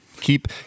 keep